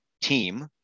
team